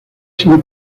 sin